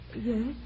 Yes